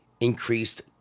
increased